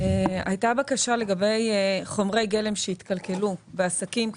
הייתה בקשה לגבי חומרי גלם שהתקלקלו בעסקים,